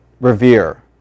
revere